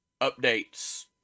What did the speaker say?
updates